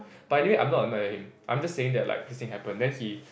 but anyway I am not annoying him I'm just saying that like this thing happen then he